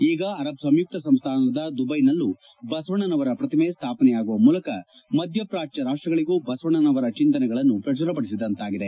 ಈಗ ಅರಬ್ ಸಂಯುಕ್ತ ಸಂಸ್ಥಾನದ ದುಬೈನಲ್ಲಿ ಬಸವಣ್ಣನವರ ಪ್ರತಿಮೆ ಸ್ಥಾಪನೆಯಾಗುವ ಮೂಲಕ ಮಧ್ಯ ಪಾಚ್ಯ ರಾಷ್ಟಗಳಗೂ ಬಸವಣ್ಣನವರ ಚಿಂತನೆಗಳನ್ನು ಪ್ರಚುರ ಪಡಿಸಿದಂತಾಗಿದೆ